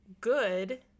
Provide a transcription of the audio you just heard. good